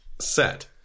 set